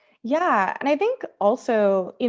yeah. and i think also,